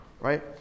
right